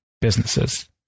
businesses